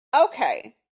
Okay